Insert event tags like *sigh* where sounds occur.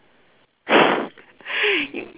*laughs*